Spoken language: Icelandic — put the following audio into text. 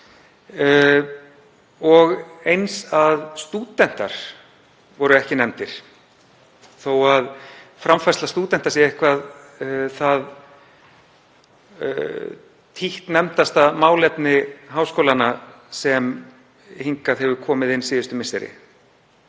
eins að stúdentar voru ekki nefndir þó að framfærsla stúdenta sé eitthvert títtnefndasta málefni háskólanna sem hefur komið hingað inn síðustu misseri.